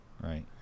Right